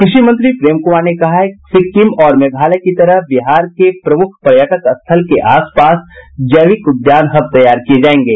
कृषि मंत्री प्रेम कुमार ने कहा है कि सिक्किम और मेघालय की तरह बिहार के प्रमुख पर्यटक स्थल के आस पास जैविक उद्यान हब तैयार किये जायेंगे